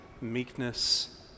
meekness